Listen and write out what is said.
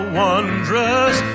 wondrous